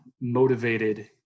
motivated